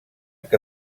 que